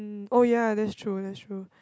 oh ya that's true that's true